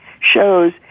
shows